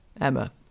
Emma